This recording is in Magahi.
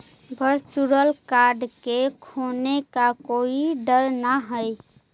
वर्चुअल कार्ड के खोने का कोई डर न हई